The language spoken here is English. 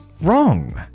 Wrong